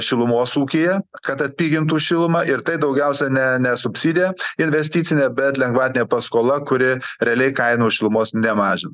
šilumos ūkyje kad atpigintų šilumą ir tai daugiausia ne ne subsidija investicinė bet lengvatinė paskola kuri realiai kainų šilumos nemažin